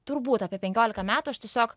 turbūt apie penkiolika metų aš tiesiog